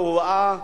והובאה